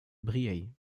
briey